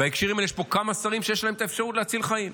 ובהקשרים האלה יש פה כמה שרים שיש להם את האפשרות להציל חיים,